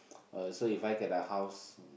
uh so If I get a house